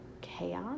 chaos